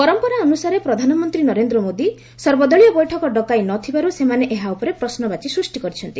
ପରମ୍ପରା ଅନୁସାରେ ପ୍ରଧାନମନ୍ତ୍ରୀ ନରେନ୍ଦ୍ର ମୋଦି ସର୍ବଦଳୀୟ ବୈଠକ ଡକାଇ ନ ଥିବାର୍ ସେମାନେ ଏହା ଉପରେ ପ୍ରଶ୍ୱବାଚୀ ଉଠାଇଛନ୍ତି